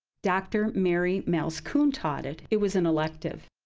dr. mary malzkuhn taught it. it was an elective.